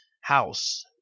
House